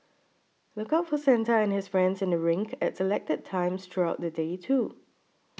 look out for Santa and his friends in the rink at selected times throughout the day too